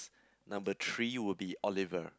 number three will be Oliver